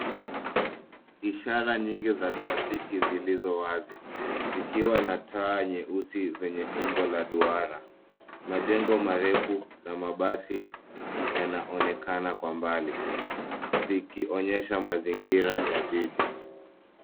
Ishara nyingi za trafiki zilizo wazi zikiwa na taa nyeusi zenye umbo la duara. Majengo marefu na mabasi yanaonekana kwa mbali zikionyesha mazingira ya jiji.